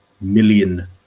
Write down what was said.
million